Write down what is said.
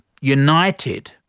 united